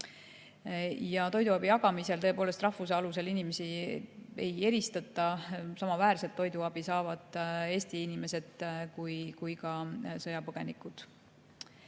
Toiduabi jagamisel rahvuse alusel inimesi ei eristata. Samaväärset toiduabi saavad nii Eesti inimesed kui ka sõjapõgenikud.